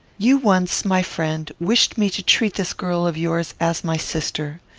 you once, my friend, wished me to treat this girl of yours as my sister.